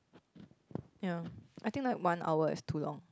ya I think like one hour is too long